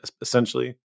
essentially